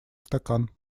стакан